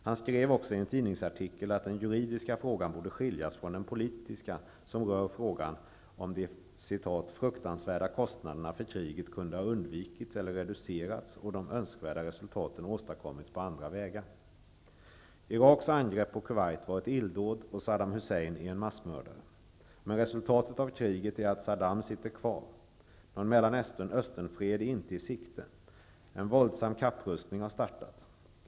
Han skrev också i en tidningsartikel att den juridiska frågan borde skiljas från den politiska, som rör frågan om de ''fruktansvärda kostnaderna för kriget kunde ha undvikits eller reducerats och de önskvärda resultaten åstadkommits på andra vägar''. Iraks angrepp på Kuwait var ett illdåd, och Saddam Hussein är en massmördare. Men resultatet av kriget är att Saddam sitter kvar. Någon Mellanösternfred är inte i sikte. En våldsam kapprustning har startat.